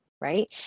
right